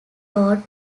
road